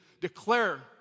declare